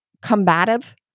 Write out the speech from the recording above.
combative